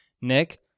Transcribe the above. Nick